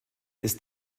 ist